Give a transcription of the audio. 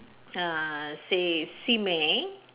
uh say simei